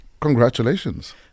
Congratulations